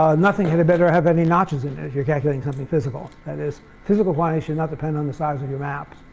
ah nothing had better have any notches in it as you're calculating something physical, that is physical why you should not depend on the size of your map.